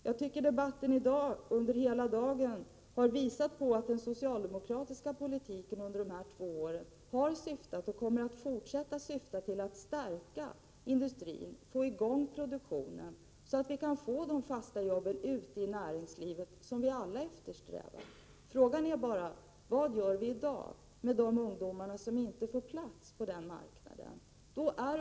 Jag tycker att den debatt som förts här i dag har visat att den socialdemokratiska politiken under dessa två år har syftat till och kommer att fortsätta att syfta till att stärka industrin och få i gång produktionen, så att vi kan få de fasta jobb ute i näringslivet som vi alla eftersträvar. Frågan är bara: Vad gör vi i dag med de ungdomar som inte får plats på den marknaden?